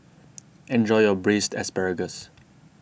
enjoy your Braised Asparagus